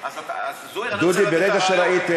אתם, אז אנחנו לא מדברים על העובדים?